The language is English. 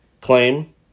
claim